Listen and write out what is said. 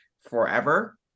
forever